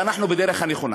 ואנחנו בדרך הנכונה.